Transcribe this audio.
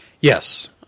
Yes